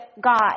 God